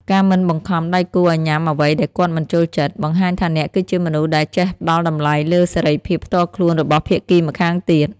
ការមិនបង្ខំដៃគូឱ្យញ៉ាំអ្វីដែលគាត់មិនចូលចិត្ត បង្ហាញថាអ្នកគឺជាមនុស្សដែលចេះផ្ដល់តម្លៃលើសេរីភាពផ្ទាល់ខ្លួនរបស់ភាគីម្ខាងទៀត។